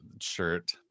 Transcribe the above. shirt